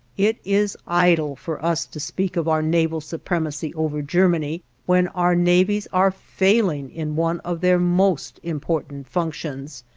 it is idle for us to speak of our naval supremacy over germany, when our navies are failing in one of their most important functions,